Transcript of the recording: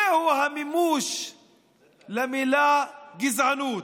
זהו המימוש של המילה גזענות.